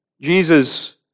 Jesus